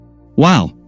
Wow